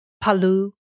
Palu